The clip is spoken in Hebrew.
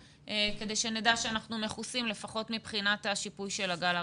כדי שנדע שאנחנו מכוסים לפחות מבחינת השיפוי של הגל הראשון.